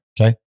okay